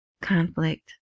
conflict